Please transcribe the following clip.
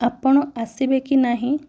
ଆପଣ ଆସିବେ କି ନାହିଁ